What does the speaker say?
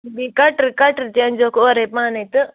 بیٚیہِ کٹرٕ کَٹرٕ تہِ أنۍ زیٚوکھ اورَے پانَے تہٕ